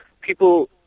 people